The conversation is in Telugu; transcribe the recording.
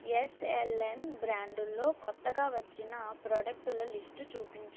ఎస్ఎల్ఎన్ బ్రాండులో కొత్తగా వచ్చిన ప్రోడక్టుల లిస్టు చూపించు